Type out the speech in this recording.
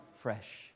Fresh